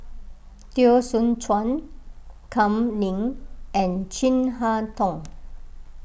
Teo Soon Chuan Kam Ning and Chin Harn Tong